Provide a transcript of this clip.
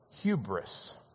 hubris